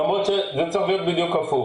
למרות שזה צריך להיות בדיוק הפוך.